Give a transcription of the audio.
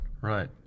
right